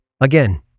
again